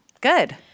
Good